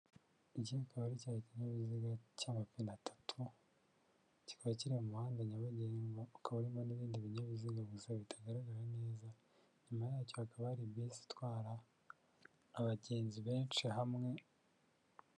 Iki akaba ari cya kinyabiziga cy'amapine atatu, kikaba kiri mu muhanda nyabagendwa, ukaba urimo n'ibindi binyabiziga gusa bitagaragara neza, inyuma yacyo hakaba hari bisi itwara abagenzi benshi hamwe